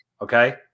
okay